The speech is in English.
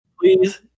please